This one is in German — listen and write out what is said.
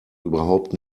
überhaupt